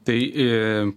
tai i